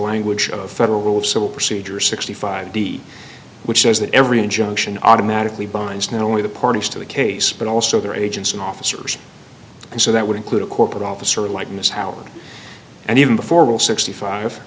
language of federal rule of civil procedure sixty five b which says that every injunction automatically binds not only the parties to the case but also their agents and officers and so that would include a corporate officer like mr howard and even before will sixty five